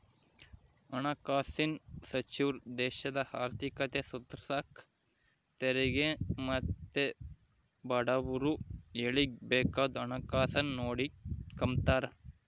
ಹಣಕಾಸಿನ್ ಸಚಿವ್ರು ದೇಶದ ಆರ್ಥಿಕತೆ ಸುಧಾರ್ಸಾಕ ತೆರಿಗೆ ಮತ್ತೆ ಬಡವುರ ಏಳಿಗ್ಗೆ ಬೇಕಾದ್ದು ಹಣಕಾಸುನ್ನ ನೋಡಿಕೆಂಬ್ತಾರ